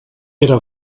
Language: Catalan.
era